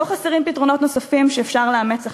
לא חסרים פתרונות נוספים שאפשר לאמץ עכשיו.